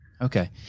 okay